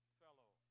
fellow